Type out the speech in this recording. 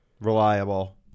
Reliable